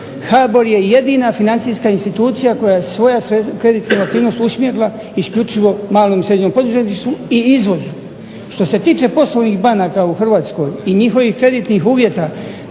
HBOR je jedina financijska institucija koja je svoju kreditnu aktivnost usmjerila isključivo malom i srednjem poduzetništvu, i izvozu. Što se tiče poslovnih banaka u Hrvatskoj i njihovih kreditnih uvjeta,